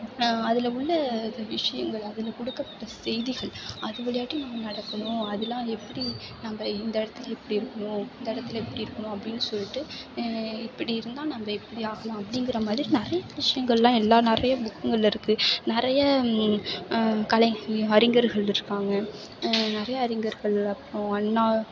அதில் உள்ள விஷயங்கள் அதில் கொடுக்கப்பட்ட செய்திகள் அது வழியாட்டி நம்ம நடக்கணும் அதெலாம் எப்படி நம்ம இந்த இடத்துல இப்படி இருக்கணும் இந்த இடத்துல இப்படி இருக்கணும் அப்படின்னு சொல்லிட்டு இப்படி இருந்தால் நம்ம எப்படி ஆகலாம் அப்படிங்குற மாதிரி நிறைய விஷயங்கள்லாம் எல்லாம் நிறைய புக்குங்களில் இருக்குது நிறைய கலை அறிஞர்கள் இருக்காங்க நிறைய அறிஞர்கள் அப்புறம் அண்ணா